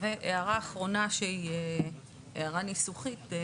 והערה אחרונה שהיא הערה ניסוחית.